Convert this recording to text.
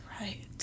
right